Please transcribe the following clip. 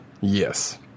yes